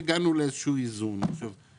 קראתי שש סיבות משכנעות להעלאת הגג מ-18 ל-30.